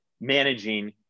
managing